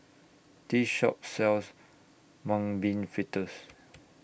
This Shop sells Mung Bean Fritters